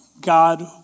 God